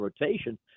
rotation